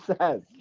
says